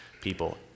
people